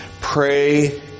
Pray